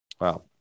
wow